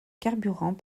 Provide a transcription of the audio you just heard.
carburant